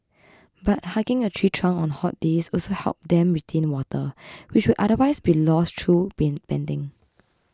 but hugging a tree trunk on hot days also helps then retain water which would otherwise be lost through being panting